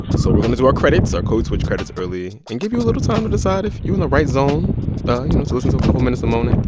so we're going to do our credits our code switch credits early and give you a little time to decide if you're in the right zone, but you know, to listen to a couple minutes of moaning.